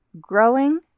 Growing